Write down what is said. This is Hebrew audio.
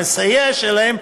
המסייע שלהם,